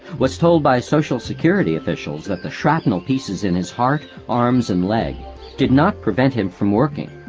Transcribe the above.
was told by social security officials that the shrapnel pieces in his heart, arms, and leg did not prevent him from working.